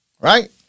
Right